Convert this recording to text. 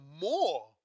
more